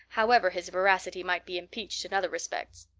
however his veracity might be impeached in other respects.